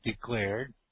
declared